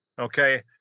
okay